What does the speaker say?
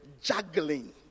Juggling